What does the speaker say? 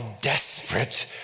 desperate